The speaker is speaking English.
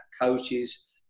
coaches